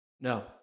No